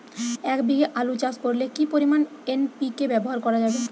এক বিঘে আলু চাষ করলে কি পরিমাণ এন.পি.কে ব্যবহার করা যাবে?